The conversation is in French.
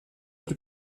plus